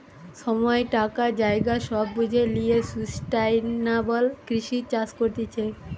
সময়, টাকা, জায়গা সব বুঝে লিয়ে সুস্টাইনাবল কৃষি চাষ করতিছে